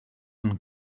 and